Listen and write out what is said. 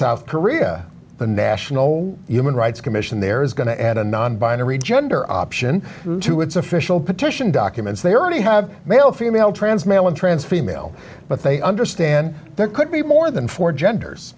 national human rights commission there is going to add a non binary gender option to its official petition documents they already have male female trans male and transfer email but they understand there could be more than four genders